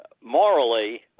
morally